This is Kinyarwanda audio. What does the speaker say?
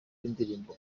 w’indirimbo